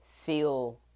feel